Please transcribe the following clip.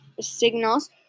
signals